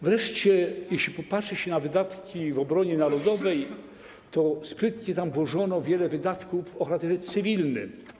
Wreszcie jeśli popatrzy się na wydatki w obronie narodowej, to sprytnie tam włożono wiele wydatków o charakterze cywilnym.